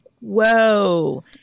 whoa